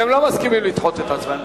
אתם לא מסכימים לדחות את ההצבעה?